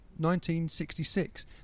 1966